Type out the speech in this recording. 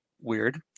weird